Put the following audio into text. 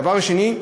דבר שני,